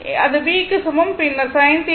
அது B க்கு சமம் பின்னர் sin θ